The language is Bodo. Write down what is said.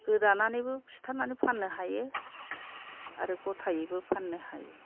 गोदानानैबो सिथारनानै फाननो हायो आरो गथायैबो फाननो हायो